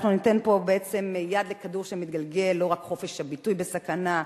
אנחנו ניתן פה בעצם יד לכדור שמתגלגל: לא רק חופש הביטוי בסכנה,